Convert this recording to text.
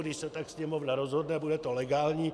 Když se tak Sněmovna rozhodne, bude to legální.